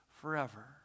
forever